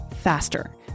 faster